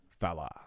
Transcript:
fella